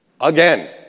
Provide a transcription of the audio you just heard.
Again